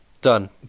Done